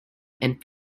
and